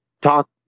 talk